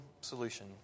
solution